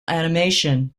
animation